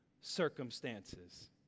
circumstances